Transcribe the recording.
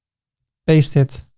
paste it,